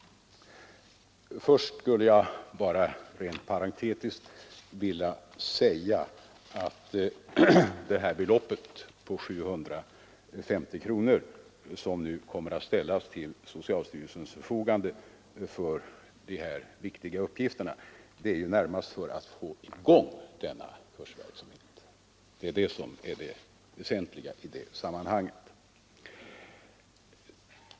Först skulle jag bara vilja säga att det belopp på 750 000 kronor som nu kommer att ställas till socialstyrelsens förfogande för dessa viktiga uppgifter närmast är till för att få i gång denna kursverksamhet. Detta är det väsentliga i sammanhanget.